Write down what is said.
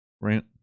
rant